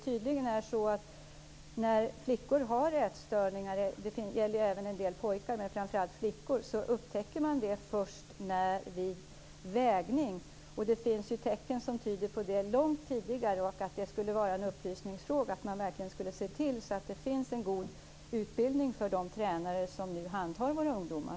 Tydligen är det så att när flickor har ätstörningar - det gäller även en del pojkar men framför allt flickor - upptäcker man det först vid vägning. Det finns ju tecken på detta långt tidigare. Det här borde vara en upplysningsfråga. Vi borde se till att det finns en god utbildning för de tränare som nu handhar våra ungdomar.